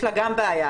יש לה גם בעיה.